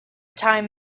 time